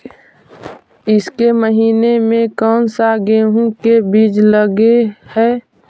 ईसके महीने मे कोन सा गेहूं के बीज लगे है?